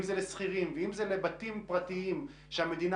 אם זה לשכירים ואם זה לבתים פרטיים שהמדינה